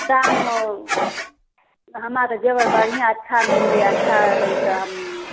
दाम हमरा तऽ जेवर बढ़िआँ अच्छा मिललै अच्छा हइ तऽ हम